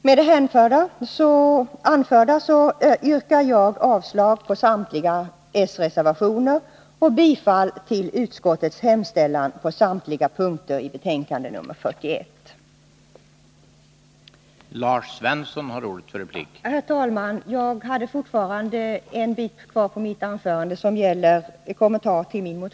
Med det anförda yrkar jag avslag på samtliga s-reservationer och bifall till utskottets hemställan på samtliga punkter i betänkande nr 41.